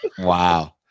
Wow